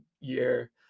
year